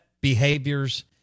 behaviors